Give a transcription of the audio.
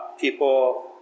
people